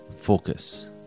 focus